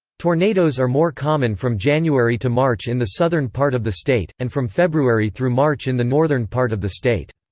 tornadoes are more common from january to march in the southern part of the state, and from february through march in the northern part of the state.